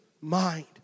mind